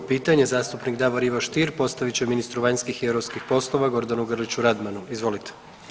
32. pitanje zastupnik Davor Ivo Stier postavit će ministru vanjskih i europskih poslova Gordanu Grliću Radmanu, izvolite.